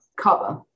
cover